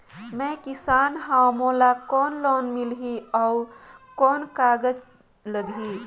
मैं किसान हव मोला कौन लोन मिलही? अउ कौन कागज लगही?